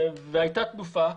והייתה תנופה.